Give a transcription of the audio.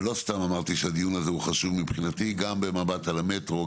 ולא סתם אמרתי שהדיון הזה חשוב מבחינתי גם במבט על המטרו,